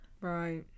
Right